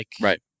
Right